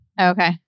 Okay